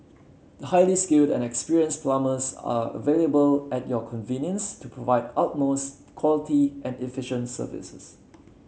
highly skilled and experienced plumbers are available at your convenience to provide utmost quality and efficient services